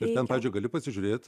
ir ten pavyzdžiui gali pasižiūrėt